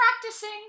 practicing